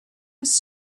was